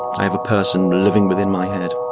i have a person living within my head.